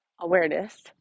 awareness